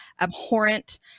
abhorrent